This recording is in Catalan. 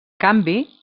canvi